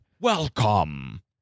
Welcome